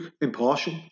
impartial